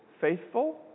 faithful